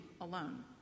alone